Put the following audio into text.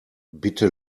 bitte